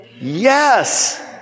yes